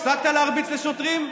הפסקת להרביץ לשוטרים?